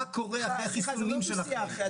מה קורה אחרי החיסונים שלכם.